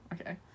Okay